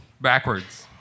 Backwards